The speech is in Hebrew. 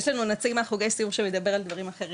יש לנו נציג מהחוגי סיור שמדבר על דברים אחרים,